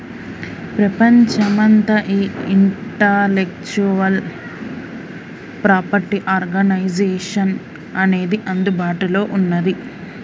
ప్రపంచమంతా ఈ intellectual property organization అనేది అందుబాటులో ఉన్నది